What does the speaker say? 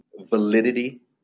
validity